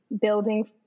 building